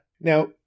now